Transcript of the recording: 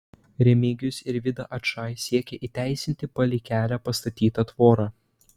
remigijus ir vida ačai siekia įteisinti palei kelią pastatytą tvorą